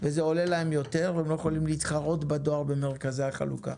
וזה עולה להם יותר והם לא יכולים להתחרות בדואר במרכזי החלוקה.